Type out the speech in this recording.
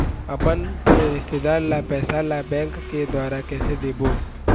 अपन के रिश्तेदार ला पैसा ला बैंक के द्वारा कैसे देबो?